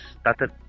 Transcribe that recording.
started